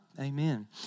amen